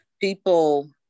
People